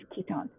ketones